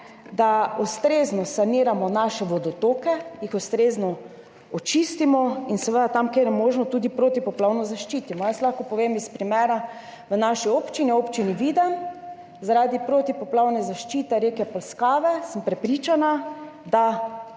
da ustrezno saniramo naše vodotoke, jih ustrezno očistimo in seveda tam, kjer je možno, tudi protipoplavno zaščitimo. Jaz lahko povem primer v naši občini, občini Videm. Zaradi protipoplavne zaščite reke Polskave sem prepričana, da